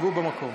שבו במקום.